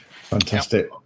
Fantastic